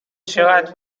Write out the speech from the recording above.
چقدر